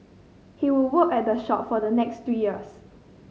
he would work at the shore for the next three years